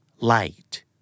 Light